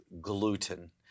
gluten